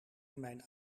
mijn